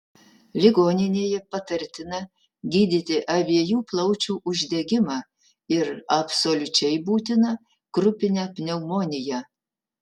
ligoninėje patartina gydyti abiejų plaučių uždegimą ir absoliučiai būtina krupinę pneumoniją